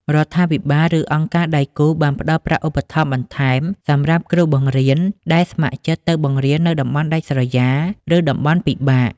រដ្ឋាភិបាល ឬអង្គការដៃគូបានផ្តល់ប្រាក់ឧបត្ថម្ភបន្ថែមសម្រាប់គ្រូបង្រៀនដែលស្ម័គ្រចិត្តទៅបង្រៀននៅតំបន់ដាច់ស្រយាល ឬតំបន់ពិបាក។